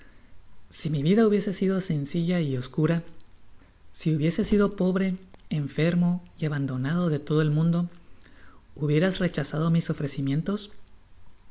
si mi vida hubiese sido sencilla y obscura si hubiese sido pobre enfermo y abandonado de todo el mundo hubierais rechazado mis ofrecimientos